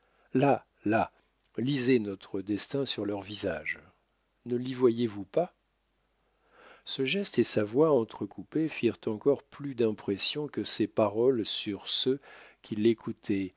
là là lisez notre destin sur leurs visages ne l'y voyez-vous pas ce geste et sa voix entrecoupée firent encore plus d'impression que ses paroles sur ceux qui l'écoutaient